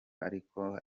ariko